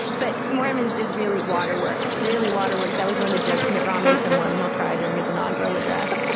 but mormons, just really waterworks, really waterworks. that was one of the jokes. mitt romney, some mormon, he'll cry during his inaugural address.